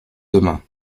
demain